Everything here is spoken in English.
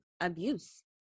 abuse